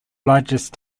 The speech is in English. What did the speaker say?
largest